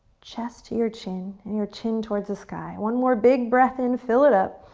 chest to your chin, and your chin towards the sky. one more big breath in, fill it up,